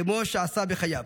כמו שעשה בחייו.